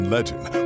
Legend